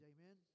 Amen